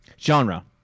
Genre